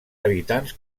habitants